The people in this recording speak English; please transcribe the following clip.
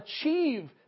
achieve